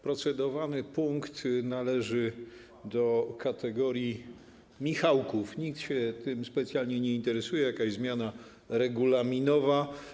Procedowany punkt należy do kategorii michałków, nikt się tym specjalnie nie interesuje, jakaś zmiana regulaminowa.